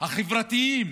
החברתיים